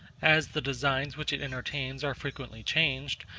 as the designs which it entertains are frequently changed,